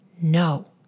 No